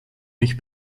mich